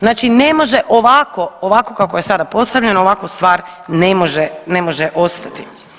Znači ne može ovako, ovako kako je sada postavljeno ovako stvar ne može ostati.